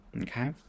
Okay